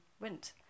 went